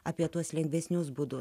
apie tuos lengvesnius būdus